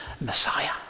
Messiah